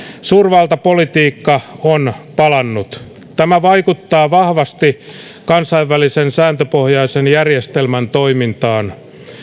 suurvaltapolitiikka on palannut tämä vaikuttaa vahvasti kansainvälisen sääntöpohjaisen järjestelmän toimintaan